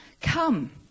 come